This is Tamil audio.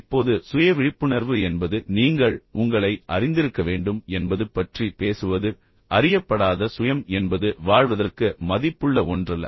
இப்போது சுய விழிப்புணர்வு என்பது நீங்கள் உங்களை அறிந்திருக்க வேண்டும் என்பது பற்றி பேசுவது அறியப்படாத சுயம் என்பது வாழ்வதற்கு மதிப்புள்ள ஒன்றல்ல